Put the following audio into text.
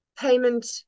payment